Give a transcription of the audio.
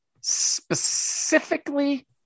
Specifically